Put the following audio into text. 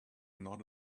not